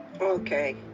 Okay